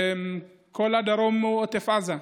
שכל הדרום הוא עוטף עזה.